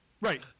Right